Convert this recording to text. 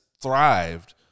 thrived